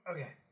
Okay